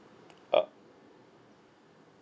uh